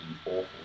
awful